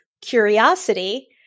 curiosity